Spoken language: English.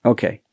Okay